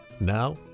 Now